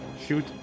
shoot